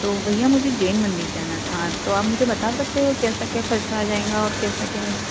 तो भैया मुझे जैन मंदिर जाना था तो आप मुझे बता सकते हो कैसा क्या खर्चा आ जाएंगा और कैसा क्या